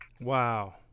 Wow